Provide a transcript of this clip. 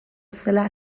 zela